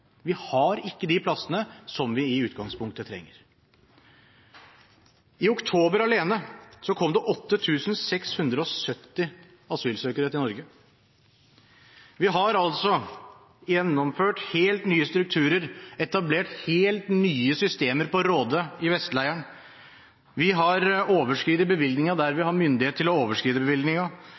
Vi har ikke de plassene vi i utgangspunktet trenger. I oktober alene kom det 8 670 asylsøkere til Norge. Vi har gjennomført helt nye strukturer, etablert helt nye systemer på Råde og i Vestleiren, vi har overskredet bevilgningene der vi